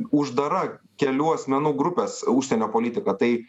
uždara kelių asmenų grupės užsienio politika tai